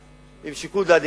עם שיקול דעת,